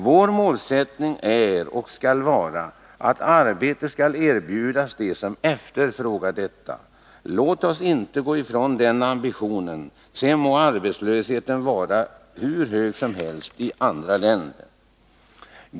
Vår målsättning är och skall vara att arbete skall erbjudas dem som efterfrågar detta. Låt oss inte gå ifrån den ambitionen! Sedan må arbetslösheten vara hur hög som helst i andra länder.